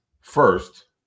first